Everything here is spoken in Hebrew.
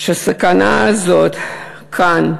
סכנה זאת כאן,